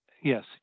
yes